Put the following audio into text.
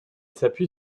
s’appuie